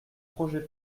projet